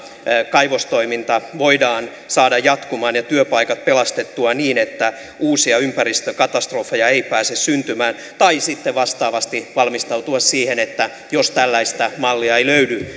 kaivostoiminta voidaan saada jatkumaan ja työpaikat pelastettua niin että uusia ympäristökatastrofeja ei pääse syntymään tai sitten vastaavasti valmistautua siihen että jos tällaista mallia ei löydy